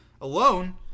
Alone